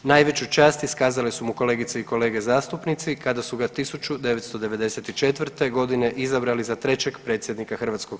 Najveću čast iskazale su mu kolegice i kolege zastupnici kada su ga 1994.g. izabrali za trećeg predsjednika HS.